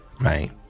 right